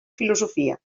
filosofia